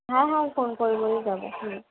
হ্যাঁ হ্যাঁ আমি ফোন করে নিয়েই যাবো